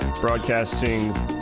broadcasting